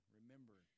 remember